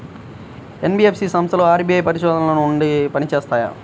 NBFC సంస్థలు RBI పరిధిలోనే పని చేస్తాయా?